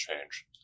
change